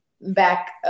back